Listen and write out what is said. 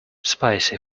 spicy